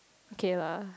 okay lah